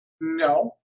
No